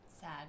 Sad